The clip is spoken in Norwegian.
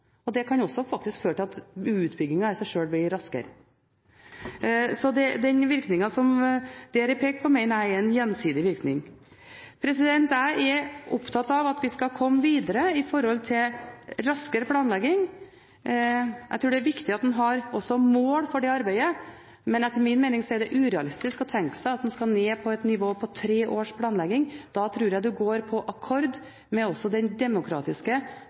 Det kan faktisk føre til at utbyggingen i seg sjøl blir raskere. Så den virkningen som det der er pekt på, mener jeg er en gjensidig virkning. Jeg er opptatt av at vi skal komme videre med hensyn til raskere planlegging. Jeg tror det er viktig at en har et mål for det arbeidet, men etter min mening er det urealistisk å tenke seg at en skal ned på et nivå på tre års planlegging. Da tror jeg en går på akkord med den demokratiske